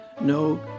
No